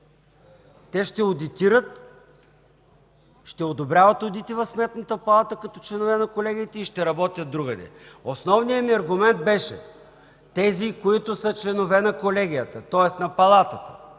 Те ще одитират, ще одобряват одити в Сметната палата като членове на колегията и ще работят другаде. Основният ми аргумент беше: тези, които са членове на Колегията, тоест на Палатата,